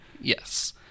Yes